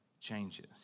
changes